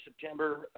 September